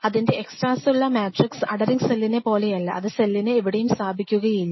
അതിൻറെ extra cellular matrix adhering സെല്ലിനെ പോലെയല്ല അത് സെല്ലിനെ എവിടെയും സ്ഥാപിക്കുകയില്ല